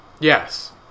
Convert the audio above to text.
yes